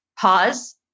pause